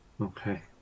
Okay